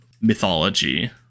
mythology